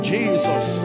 Jesus